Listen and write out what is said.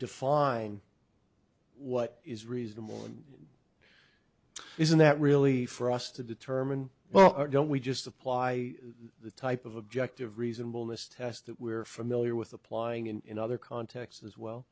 define what is reasonable and isn't that really for us to determine but don't we just apply the type of objective reasonable miss test that we're familiar with applying in other contexts as well